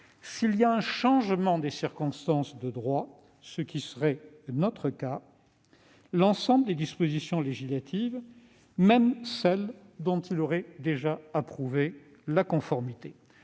en cas de changement des circonstances de droit, ce qui serait le cas, l'ensemble des dispositions législatives, même celles dont il aurait déjà approuvé la conformité.